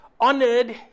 honored